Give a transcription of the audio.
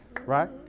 right